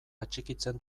atxikitzen